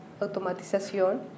automatización